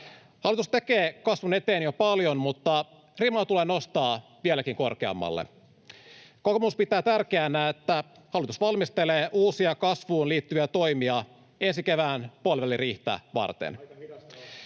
Hallitus tekee kasvun eteen jo paljon, mutta rimaa tulee nostaa vieläkin korkeammalle. Kokoomus pitää tärkeänä, että hallitus valmistelee uusia kasvuun liittyviä toimia ensi kevään puoliväliriihtä varten.